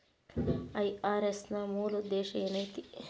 IRS ನ ಮೂಲ್ ಉದ್ದೇಶ ಏನೈತಿ?